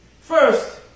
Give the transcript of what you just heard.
First